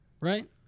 right